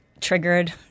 triggered